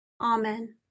Amen